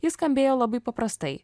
jis skambėjo labai paprastai